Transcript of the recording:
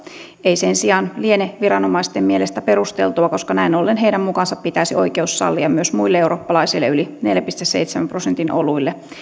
ei sen sijaan liene viranomaisten mielestä perusteltua koska näin ollen heidän mukaansa pitäisi oikeus sallia myös muille eurooppalaisille yli neljän pilkku seitsemän prosentin oluille